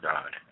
God